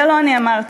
זה לא אני אמרתי,